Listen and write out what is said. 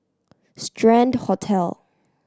Strand Hotel